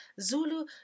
zulu